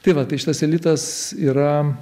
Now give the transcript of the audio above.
tai va tai šitas elitas yra